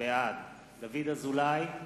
בעד דוד אזולאי,